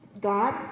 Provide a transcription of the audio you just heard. God